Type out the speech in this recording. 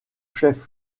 chef